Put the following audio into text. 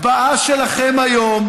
יואל,